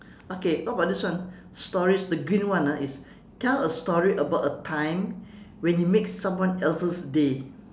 okay what about this one stories the green one ah is tell a story about a time when you make someone else's day